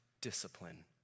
discipline